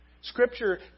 Scripture